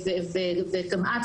וגם את,